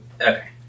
Okay